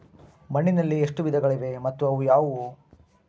ಮಣ್ಣಿನಲ್ಲಿ ಎಷ್ಟು ವಿಧಗಳಿವೆ ಮತ್ತು ಅವು ಯಾವುವು?